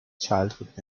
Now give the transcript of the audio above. childhood